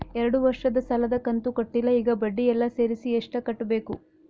ಎರಡು ವರ್ಷದ ಸಾಲದ ಕಂತು ಕಟ್ಟಿಲ ಈಗ ಬಡ್ಡಿ ಎಲ್ಲಾ ಸೇರಿಸಿ ಎಷ್ಟ ಕಟ್ಟಬೇಕು?